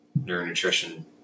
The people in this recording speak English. Neuronutrition